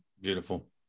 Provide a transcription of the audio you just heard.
beautiful